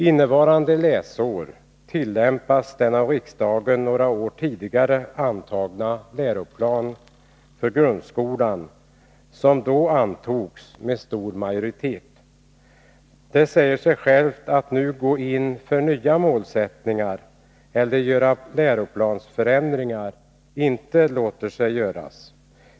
Innevarande läsår tillämpas den läroplan för grundskolan som riksdagen för några år sedan antog med stor majoritet. Det säger sig självt att det inte låter sig göras att nu gå in för nya målsättningar eller för läroplansförändringar.